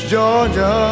Georgia